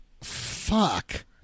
Fuck